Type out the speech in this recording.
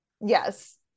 Yes